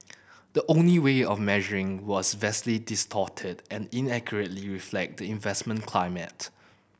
the only way of measuring was vastly distorted and inaccurately reflect the investment climate